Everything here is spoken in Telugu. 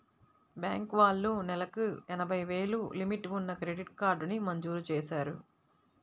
బ్యేంకు వాళ్ళు నెలకు ఎనభై వేలు లిమిట్ ఉన్న క్రెడిట్ కార్డుని మంజూరు చేశారు